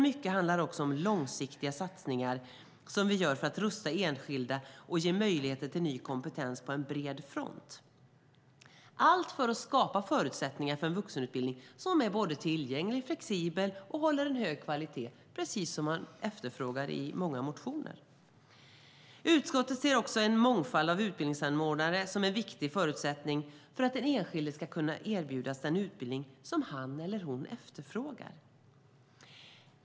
Mycket handlar dock också om långsiktiga satsningar som vi gör för att rusta enskilda och ge möjligheter till ny kompetens på bred front - allt för att skapa förutsättningar för en vuxenutbildning som är tillgänglig, flexibel och håller hög kvalitet, vilket är precis det man efterfrågar i många motioner. Utskottet ser också en mångfald av utbildningsanordnare som en viktig förutsättning för att den enskilde ska kunna erbjudas den utbildning han eller hon efterfrågar.